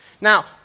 Now